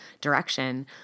direction